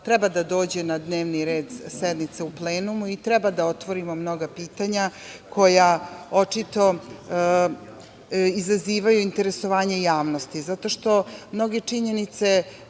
treba da dođe na dnevni red sednice u plenumu i treba da otvorimo mnoga pitanja, koja očito izazivaju interesovanje javnosti. Mnoge činjenice